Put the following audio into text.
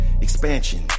Expansion